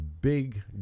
big